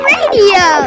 Radio